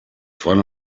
fun